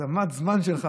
מד הזמן שלך